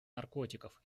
наркотиков